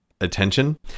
attention